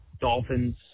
Dolphins